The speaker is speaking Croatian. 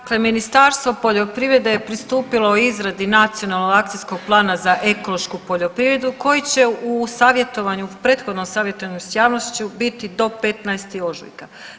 Dakle Ministarstvo poljoprivrede je pristupilo izradi Nacionalnog akcijskog plana za ekološku poljoprivredu koji će u savjetovanju, prethodnom savjetovanju sa javnošću biti do 15. ožujka.